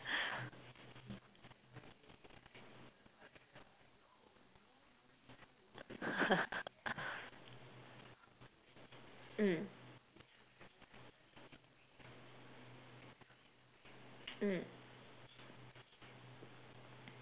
mm mm